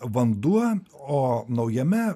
vanduo o naujame